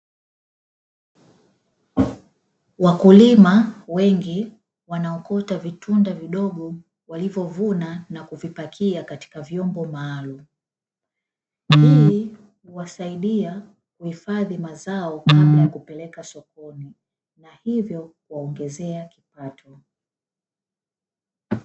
Wakulima wengi wanaokota vitunda vidogo walivyovyuna na kuvipakia kwenye vyombo maalumu. Hii huwasaidia kuhifadhi mazao kabla ya kupeleka sokoni na hivyo kuwaongezea kipato.